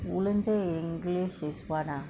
உளுந்து:ulunthu english is what ah